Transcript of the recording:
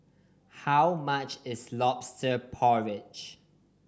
how much is Lobster Porridge